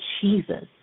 Jesus